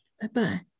Bye-bye